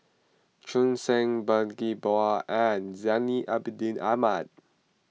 Cheong Koon Seng Bani Buang and Zainal Abidin Ahmad